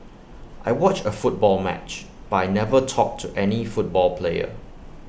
I watched A football match but I never talked to any football player